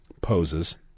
poses